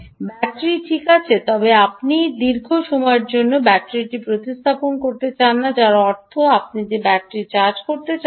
battery ঠিক আছে তবে আপনি দীর্ঘ সময়ের জন্য ব্যাটারিটি প্রতিস্থাপন করতে চান না যার অর্থ আপনি যে ব্যাটারিটি চার্জ করতে চান না